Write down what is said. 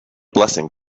blessing